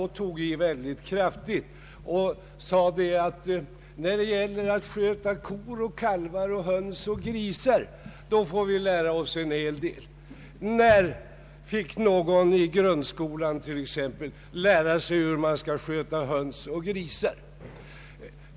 Hon framhöll väldigt kraftigt att vi när det gäller att sköta kor och kalvar, höns och grisar får lära oss en hel del. När fick någon i grundskolan lära sig hur man skall sköta höns och grisar?